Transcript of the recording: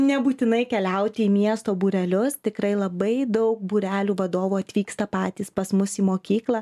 nebūtinai keliauti į miesto būrelius tikrai labai daug būrelių vadovų atvyksta patys pas mus į mokyklą